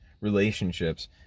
relationships